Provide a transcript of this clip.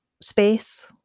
space